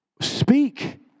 speak